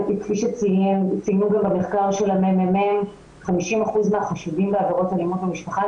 כפי שציינו גם במחקר של הממ"מ 50% מהחשודים באלימות במשפחה,